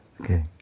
Okay